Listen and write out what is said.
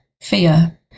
Fear